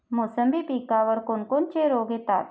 मोसंबी पिकावर कोन कोनचे रोग येतात?